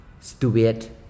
stupid